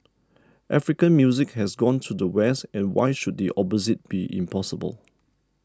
African music has gone to the West and why should the opposite be impossible